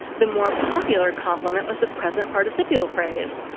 the more popular complement was the present participial phrase,